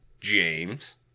James